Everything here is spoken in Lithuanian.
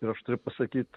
ir aš turiu pasakyt